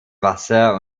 wasser